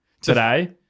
today-